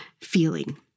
feeling